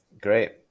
Great